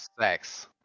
sex